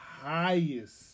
highest